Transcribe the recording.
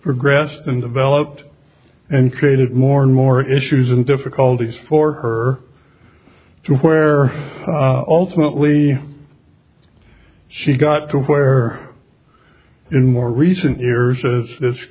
progressed and developed and created more and more issues and difficulties for her to where ultimately she got to where in more recent years as